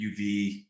UV